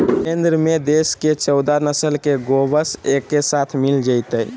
केंद्र में देश के चौदह नस्ल के गोवंश एके साथ मिल जयतय